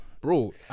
Bro